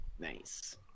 Nice